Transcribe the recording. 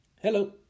Hello